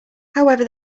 however